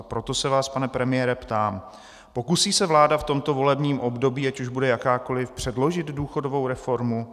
Proto se vás, pane premiére, ptám: Pokusí se vláda v tomto volebním období, ať už bude jakákoli, předložit důchodovou reformu?